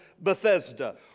Bethesda